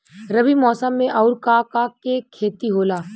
रबी मौसम में आऊर का का के खेती होला?